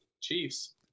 Chiefs